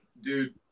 dude